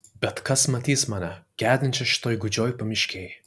bet kas matys mane gedinčią šitoj gūdžioj pamiškėj